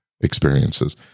experiences